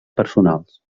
personals